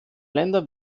länder